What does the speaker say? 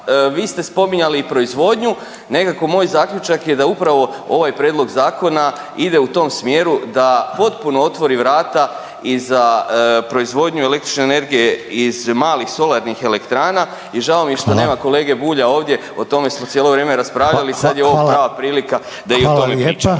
Vi ste spominjali i proizvodnju, nekako moj zaključak je da upravo ovaj prijedlog zakona ide u tom smjeru da potpuno otvori vrata i za proizvodnju električne energije iz malih solarnih elektrana. I žao mi je što nema kolege Bulja ovdje o tome smo cijelo vrijeme raspravljali …/Upadica Reiner: Hvala lijepa./…